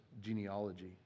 genealogy